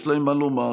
יש להם מה לומר,